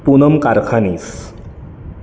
Poonam Karkhanis